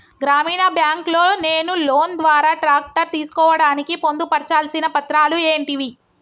గ్రామీణ బ్యాంక్ లో నేను లోన్ ద్వారా ట్రాక్టర్ తీసుకోవడానికి పొందు పర్చాల్సిన పత్రాలు ఏంటివి?